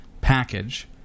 package